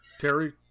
Terry